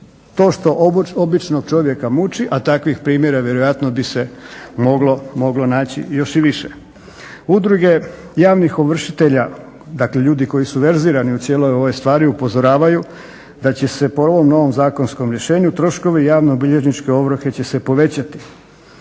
to što običnog čovjeka muči a takvih primjera vjerojatno bi se moglo naći još i više. Udruge javnih ovršitelja dakle ljudi koji su verzirani u cijeloj ovoj stvari upozoravaju da će se po ovom novom zakonskom rješenju troškovi javno-bilježničke ovrhe će se povećati.